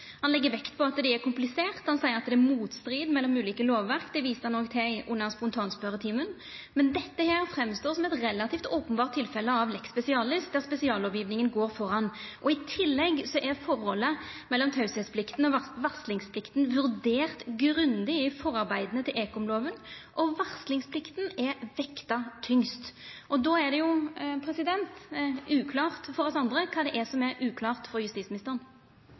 Han legg vekt på at det er komplisert, og han seier at det er motstrid mellom ulike lovverk – det viste han òg til under spontanspørjetimen – men dette står fram som eit relativt openbert tilfelle av lex specialis, der spesiallovgjevinga går føre. I tillegg er forholdet mellom teieplikta og varslingsplikta vurdert grundig i forarbeida til ekomloven, og varslingsplikta er vekta tyngst. Då er det uklart for oss andre kva det er som er uklart for justisministeren.